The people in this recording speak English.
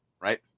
right